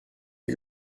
mir